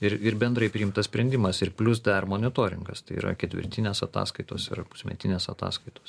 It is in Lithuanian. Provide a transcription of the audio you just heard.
ir ir bendrai priimtas sprendimas ir plius dar monitoringas tai yra ketvirtinės ataskaitos yra pusmetinės ataskaitos